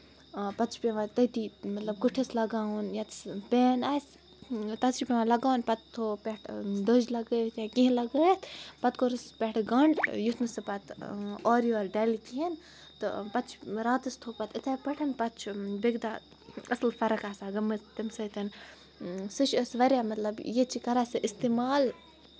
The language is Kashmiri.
پَتہٕ چھُ پیوان تٔتی مطلب کوٚٹِتھس لگاوُن ییٚتیس پین آسہِ تَتیس چھُ پیوان لگاوُن تہٕ تھوٚو پَتہٕ دٔجۍ لَگٲوِتھ یا کیٚنٛہہ لٲوِتھ پَتہٕ کوٚرُس پَتہٕ گنڈ یُتھ نہٕ سُہ پَتہٕ اورٕ یور ڈلہِ کہیٖنۍ پَتہٕ چھُ راتَس تھوٚو پَتہٕ یِتھٕے پٲٹھۍ پَتہٕ چھُ بیٚیہِ کہِ دۄہ اَصٕل فرق آسان گٔمٕژ تمہِ سۭتۍ پَتہٕ کوٚرُس پٮ۪ٹھٕ گنڈ یُتھ نہٕ سُہ پَتہٕ اورٕ یور ڈَلہِ کِہینۍ نہٕ تہٕ پَتہٕ چھُ راتَس تھوٚو پَتہٕ یِتھٕے پٲٹھۍ پَتہٕ چھُ بیٚیہِ کہِ دۄہ اَصٕل فرق آسان گٔمٕژ تَمہِ سۭتۍ سُہ چھُ اَسہِ واریاہ مطلب ییٚتہِ چھِ کران سُہ اِستعمال